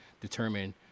determine